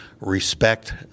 respect